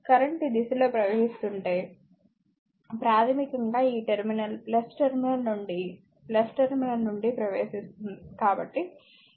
current ఈ దిశలో ప్రవహిస్తుంటే ప్రాథమికంగా ఈ టెర్మినల్ టెర్మినల్ నుండి టెర్మినల్ నుండి ప్రవేశిస్తుంది